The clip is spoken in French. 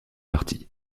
partie